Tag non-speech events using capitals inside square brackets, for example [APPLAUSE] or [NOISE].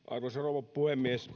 [UNINTELLIGIBLE] arvoisa rouva puhemies [UNINTELLIGIBLE]